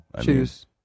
Choose